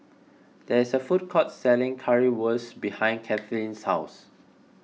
there is a food court selling Currywurst behind Kathleen's house